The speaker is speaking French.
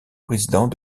président